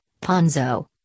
ponzo